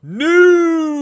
new